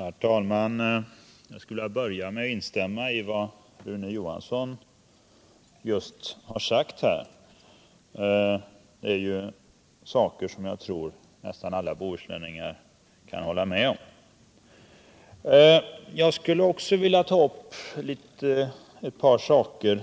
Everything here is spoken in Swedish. Herr talman! Jag vill börja med att instämma i vad Rune Johnsson i Mölndal sade. Det var ju sådant som jag tror att alla bohuslänningar kan instämma i. Sedan vill jag ta upp ett par saker